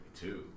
two